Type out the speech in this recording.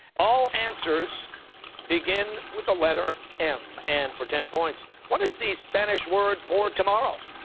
all answers begin with the letter m. and for ten points, what is the spanish word for tomorrow?